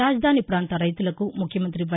రాజధాని పాంత రైతులకు ముఖ్యమంతి వై